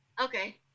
Okay